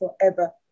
forever